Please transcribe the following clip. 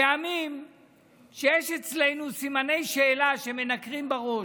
פעמים שיש אצלנו סימני שאלה שמנקרים בראש.